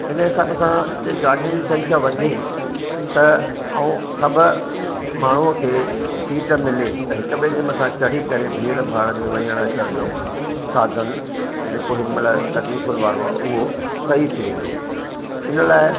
इन हिसाब सां जीअं गाॾियुनि जी संख्या वधे त ऐं सभु माण्हूअ खे सीट मिले त हिक ॿे जे मथां चढ़ी करे भीड़ भाड़ में वञण अचण जो साधन जेको हिनमहिल तकलीफ़ुनि वारो आहे उहो सही थी वेंदो इन लाइ